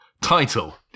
Title